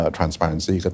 Transparency